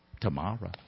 tomorrow